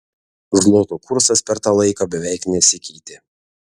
zloto kursas per tą laiką beveik nesikeitė